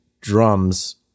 drums